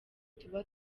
tuba